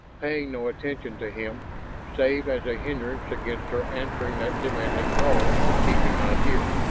paying no attention to him save as a hindrance against her answering that demanding call he could not hear.